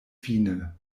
fine